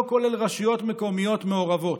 לא כולל רשויות מקומיות מעורבות,